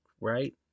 right